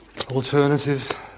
alternative